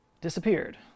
disappeared